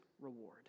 reward